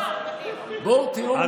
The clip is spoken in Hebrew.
עכשיו, בואו תראו מה קורה, לא נוח לך לשמוע.